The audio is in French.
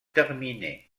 terminés